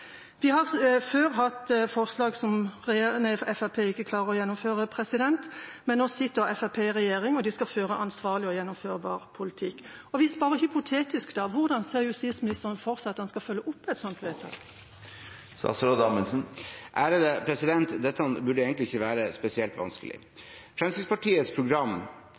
Vi har før hatt forslag som Fremskrittspartiet ikke klarer å gjennomføre, men nå sitter Fremskrittspartiet i regjering, og de skal føre ansvarlig og gjennomførbar politikk. Og bare hypotetisk: Hvordan ser justisministeren for seg at han skal følge opp et sånt forbud? Dette burde egentlig ikke være spesielt vanskelig. Fremskrittspartiets program,